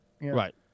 Right